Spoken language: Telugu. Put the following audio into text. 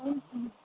అవును సార్